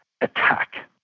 attack